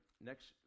next